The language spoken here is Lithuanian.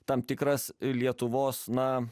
tam tikras lietuvos na